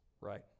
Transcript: Right